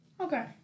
Okay